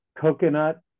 coconut